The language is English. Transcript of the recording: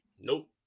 Nope